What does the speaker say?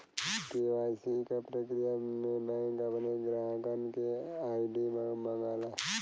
KYC क प्रक्रिया में बैंक अपने ग्राहकन क आई.डी मांगला